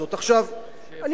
אני יודע שזה לא יעבור.